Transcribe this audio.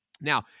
Now